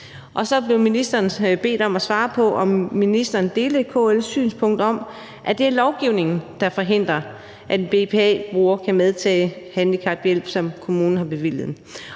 og så blev ministeren bedt om at svare på, om ministeren delte KL's synspunkt om, at det er lovgivningen, der forhindrer, at en BPA-bruger kan medtage handicaphjælp, som kommunen har bevilget.